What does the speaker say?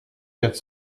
quatre